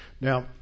Now